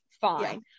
fine